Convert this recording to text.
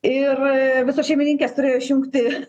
ir visos šeimininkės turėjo išjungti